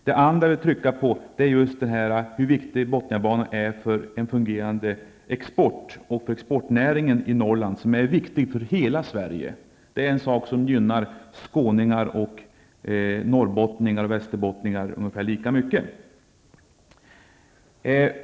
Den andra saken jag vill trycka på är hur viktig Bothniabanan är för en fungerande export och för exportnäringen i Norrland. Den är viktig för hela Sverige. Det är en sak som gynnar skåningar, norrbottningar och västerbottningar ungefär lika mycket.